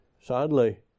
sadly